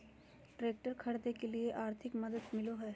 Tractor खरीदे के लिए आर्थिक मदद मिलो है?